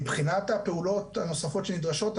מבחינת הפעולות הנוספות שנדרשות,